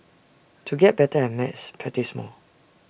to get better at maths practise more